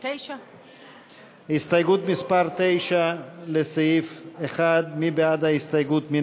9. הסתייגות מס' 9 לסעיף 1, מי בעד ההסתייגות?